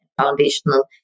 foundational